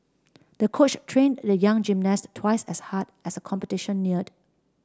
the coach trained the young gymnast twice as hard as the competition neared